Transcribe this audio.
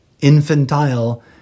infantile